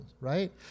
right